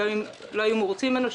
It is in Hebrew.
גם אם הם לא היו מרוצים ממנו,